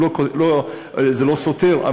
זה לא סותר,